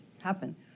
happen